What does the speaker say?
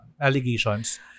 allegations